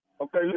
Okay